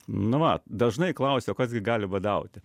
nu va dažnai klausia o kas gi gali badauti